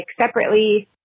separately